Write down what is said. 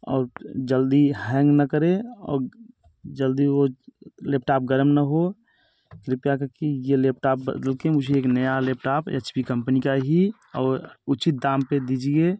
और जल्दी हैंग ना करे और जल्दी वो लेपटाप गर्म ना हो कृपया कर के ये लेपटाप बदल के मुझे एक नया लेपटाप एच पी कंपनी का ही और उचित दाम पर दीजिए